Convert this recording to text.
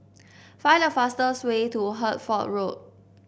find the fastest way to Hertford Road